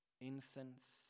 Incense